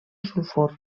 sulfur